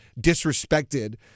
disrespected